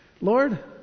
Lord